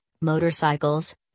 motorcycles